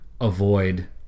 avoid